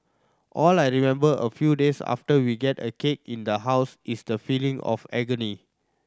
all I remember a few days after we get a cake in the house is the feeling of agony